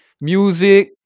music